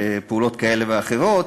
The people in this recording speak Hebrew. פעולות כאלה ואחרות.